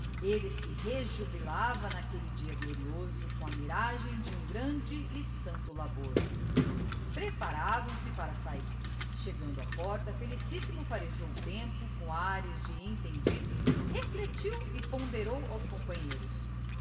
elle se rejubilava n'aquelle dia glorioso com a miragem de um grande e santo labor preparavam se para sahir chegando á porta felicissimo farejou o tempo com ares de entendido reflectiu e ponderou aos companheiros